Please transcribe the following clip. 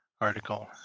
article